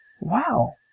Wow